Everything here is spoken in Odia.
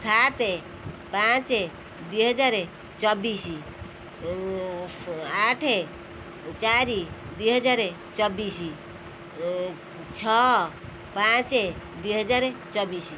ସାତ ପାଞ୍ଚ ଦୁଇହଜାର ଚବିଶି ଆଠ ଚାରି ଦୁଇହଜାର ଚବିଶି ଛଅ ପାଞ୍ଚ ଦୁଇହଜାର ଚବିଶି